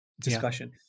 discussion